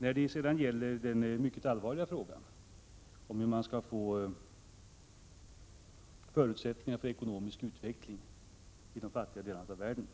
När det sedan gäller den mycket allvarliga frågan hur man skall få förutsättningar för ekonomisk utveckling i de fattiga delarna av världen